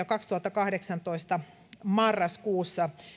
kaksituhattakahdeksantoista marraskuussa